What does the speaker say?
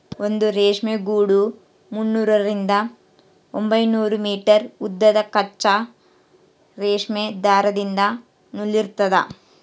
ಒಂದು ರೇಷ್ಮೆ ಗೂಡು ಮುನ್ನೂರರಿಂದ ಒಂಬೈನೂರು ಮೀಟರ್ ಉದ್ದದ ಕಚ್ಚಾ ರೇಷ್ಮೆ ದಾರದಿಂದ ನೂಲಿರ್ತದ